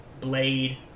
Blade